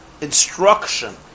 instruction